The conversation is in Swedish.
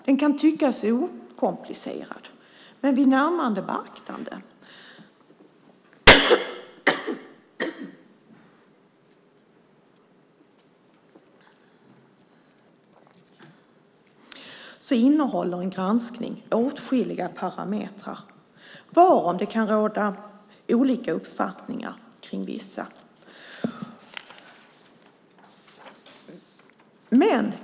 Den kan tyckas okomplicerad, men vid närmare beaktande innehåller en granskning åtskilliga parametrar där det kan råda olika uppfattningar om vissa.